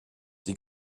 die